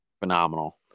phenomenal